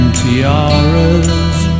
tiaras